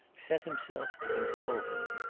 set himself to console him.